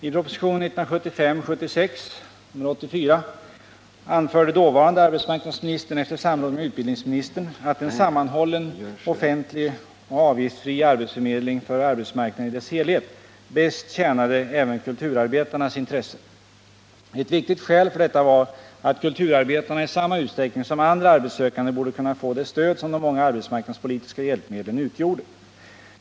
I propositionen 1975/76:84 anförde dåvarande arbetsmarknadsministern efter samråd med utbildningsministern att en sammanhållen offentlig och avgiftsfri arbetsförmedling för arbetsmarknaden i dess helhet bäst tjänade även kulturarbetarnas intressen. Ett viktigt skäl för detta var att kulturarbetarna i samma utsträckning som andra arbetssökande borde kunna få det stöd som de många arbetsmarknadspolitiska hjälpmedlen utgjorde.